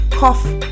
cough